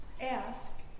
Ask